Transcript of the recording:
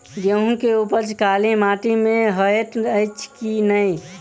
गेंहूँ केँ उपज काली माटि मे हएत अछि की नै?